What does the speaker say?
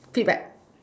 feedback